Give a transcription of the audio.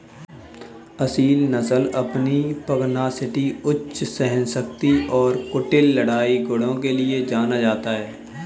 असील नस्ल अपनी पगनासिटी उच्च सहनशक्ति और कुटिल लड़ाई गुणों के लिए जाना जाता है